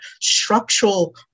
structural